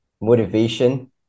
motivation